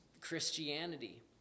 Christianity